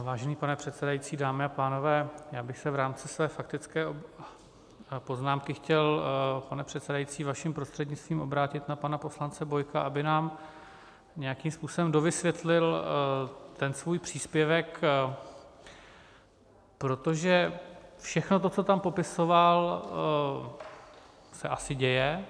Vážený pane předsedající, dámy a pánové, já bych se v rámci své faktické poznámky chtěl, pane předsedající, vaším prostřednictvím, obrátit na pana poslance Bojka, aby nám nějakým způsobem dovysvětlil svůj příspěvek, protože všechno to, co tam popisoval, se asi děje.